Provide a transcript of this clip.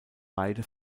beide